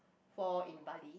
for in bali